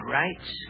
rights